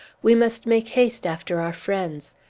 we must make haste after our friends.